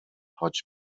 choć